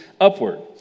upward